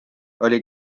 oli